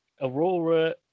Aurora